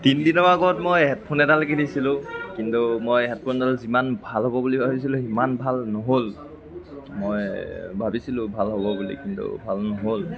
তিনিদিনৰ আগত মই হেডফোন এডাল কিনিছিলোঁ কিন্তু মই হেডফোনডাল যিমান ভাল হ'ব বুলি ভাবিছিলোঁ সিমান ভাল নহ'ল মই ভাবিছিলোঁ ভাল হ'ব বুলি কিন্তু ভাল নহ'ল